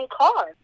car